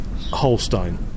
holstein